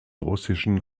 russischen